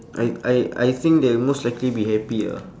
I I I think they'll most likely be happy ah